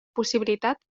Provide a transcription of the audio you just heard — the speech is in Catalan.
possibilitat